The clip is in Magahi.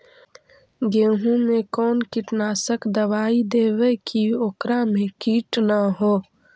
गेहूं में कोन कीटनाशक दबाइ देबै कि ओकरा मे किट न हो?